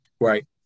right